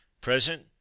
Present